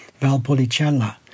Valpolicella